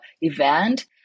event